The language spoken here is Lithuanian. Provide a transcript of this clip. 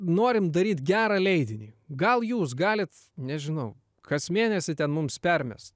norim daryt gerą leidinį gal jūs galit nežinau kas mėnesį ten mums permest